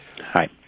Hi